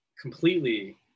Completely